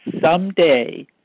someday